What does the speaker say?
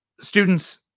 students